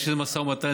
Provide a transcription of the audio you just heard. יש איזה משא ומתן,